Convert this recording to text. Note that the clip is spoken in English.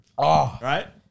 right